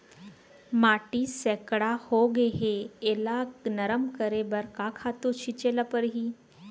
माटी सैकड़ा होगे है एला नरम करे बर का खातू छिंचे ल परहि?